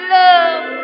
love